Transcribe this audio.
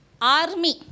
Army